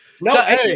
No